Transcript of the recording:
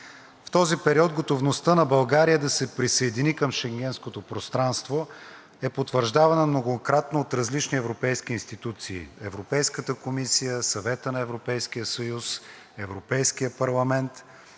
В този период готовността на България да се присъедини към Шенгенското пространство е потвърждавана многократно от различни европейски институции – Европейската комисия, Съвета на Европейския съюз, Европейския парламент,